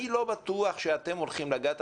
אני לא בטוח שאתם הולכים לגעת,